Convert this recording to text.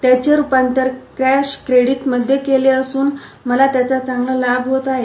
त्याचे रूपांतर कॅश आणि क्रेडिट मध्ये केले असून मला तिचा चांगला लाभ होत आहे